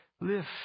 lift